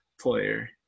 player